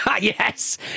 Yes